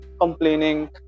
complaining